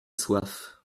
soif